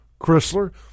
Chrysler